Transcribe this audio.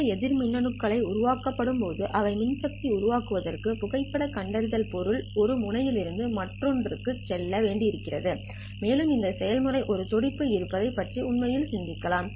இந்த எதிர் மின்னணுகளை உருவாக்கப்படும்போது அவை மின்சக்தி உருவாக்குவதற்கு புகைப்படக் கண்டறிதல் பொருள் ஒரு முனையில் இருந்து மற்றொன்றுக்குச் செல்ல வேண்டியிருக்கும் மேலும் இந்த செயல்முறை ஒரு துடிப்பு இருப்பதைப் பற்றி உண்மையில் சிந்திக்கலாம்